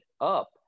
up